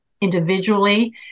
individually